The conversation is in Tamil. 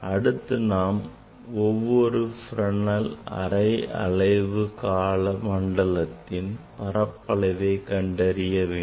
அடுத்து நாம் ஒவ்வொரு Fresnel அரை அலைவு கால மண்டலத்தின் பரப்பளவை கண்டறிய வேண்டும்